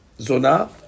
Zona